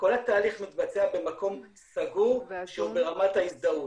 וכל התהליך מתבצע במקום סגור שהוא ברמת ההזדהות.